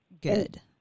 good